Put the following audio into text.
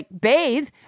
bathe